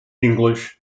english